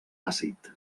àcid